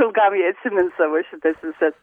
ilgam jie atsimins savo šitas visas